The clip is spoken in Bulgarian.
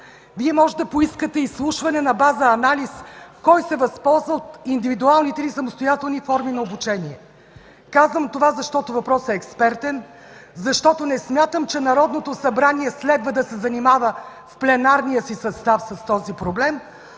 Вие може да поискате изслушване на база анализ кой се възползва от индивидуалните Ви самостоятелни форми на обучение. Казвам това, защото въпросът е експертен, защото не смятам, че Народното събрание следва да се занимава в пленарния си състав с този проблем,